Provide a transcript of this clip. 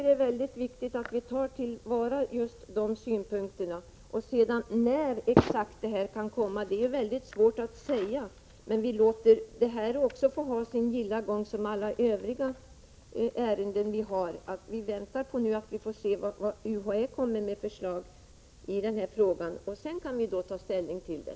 Det är mycket viktigt att vi tar till vara just dessa synpunkter. Det är svårt att säga exakt när en försöksverksamhet kan komma till stånd, men vi låter detta ärende ha sin gilla gång, som alla övriga ärenden. Vi väntar och ser vilket förslag UHÄ kommer med, och sedan kan vi ta ställning till det.